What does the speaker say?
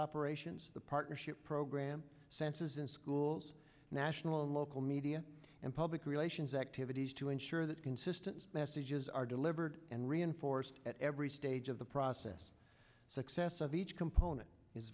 operations the partnership program sensors in schools national and local media and public relations activities to ensure that consistent messages are delivered and reinforced at every stage of the process success of each component is